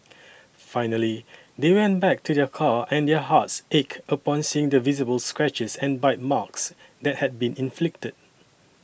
finally they went back to their car and their hearts ached upon seeing the visible scratches and bite marks that had been inflicted